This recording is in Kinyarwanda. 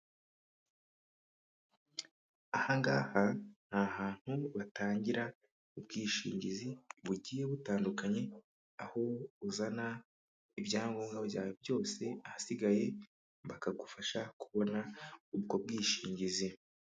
Aha ngaha ni ahantu batangira ubwishingizi bugiye butandukanye, aho uzana ibyangombwa byawe byose, ahasigaye bakagufasha kubona ubwo bwishingizi.